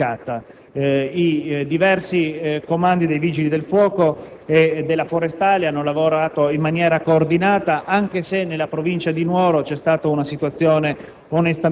I diversi comandi dei Vigili del fuoco e della Guardia forestale hanno lavorato in maniera coordinata, anche se nella Provincia di Nuoro si è prodotta una situazione